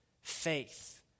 faith